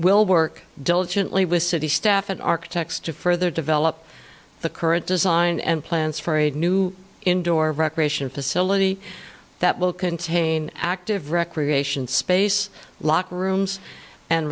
will work diligently with city staff and architects to further develop the current design and plans for a new indoor recreation facility that will contain active recreation space locker rooms and